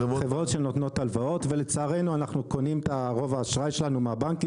חברות שנותנות הלוואות ולצערנו אנחנו קונים את רוב האשראי שלנו מהבנקים